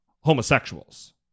homosexuals